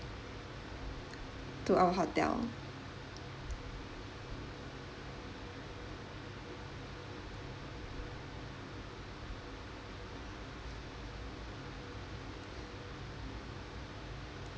to our hotel